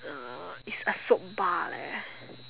uh it's a soap bar leh